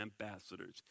ambassadors